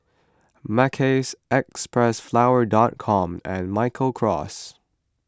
Mackays Xpressflower Com and Michael Kors